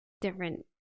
different